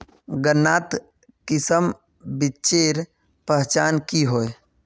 गन्नात किसम बिच्चिर पहचान की होय?